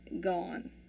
gone